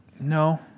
No